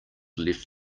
left